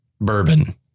bourbon